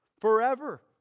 forever